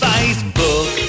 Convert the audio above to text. Facebook